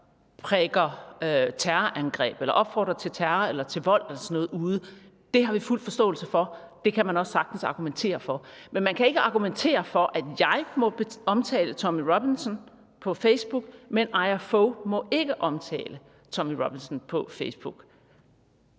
der præker terrorangreb eller opfordrer til terror eller til vold, ude, vil jeg sige, at det har vi fuld forståelse for, for det kan man sagtens argumentere for, men man kan ikke argumentere for, at jeg må omtale Tommy Robinson på Facebook, men Aia Fog må ikke omtale Tommy Robinson på Facebook.